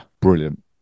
brilliant